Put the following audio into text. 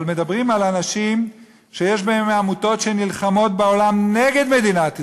אבל מדברים על אנשים שיש בהם מעמותות שנלחמות בעולם נגד מדינת ישראל,